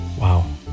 Wow